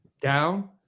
down